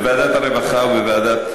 בוועדת הרווחה.